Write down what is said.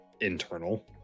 internal